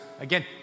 again